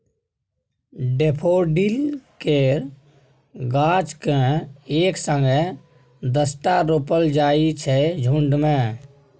daffodil केर गाछ केँ एक संगे दसटा रोपल जाइ छै झुण्ड मे